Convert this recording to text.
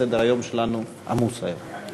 סדר-היום שלנו עמוס היום.